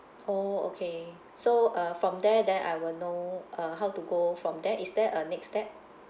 oh okay so uh from there then I will know uh how to go from there is there a next step